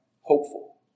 hopeful